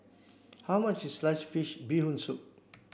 how much is sliced fish bee hoon soup